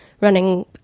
running